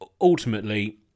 ultimately